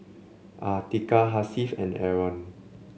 Atiqah Hasif and Aaron